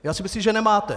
Já si myslím, že nemáte!